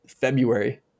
February